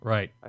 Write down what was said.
Right